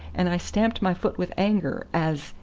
and i stamped my foot with anger, as,